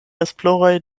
esploroj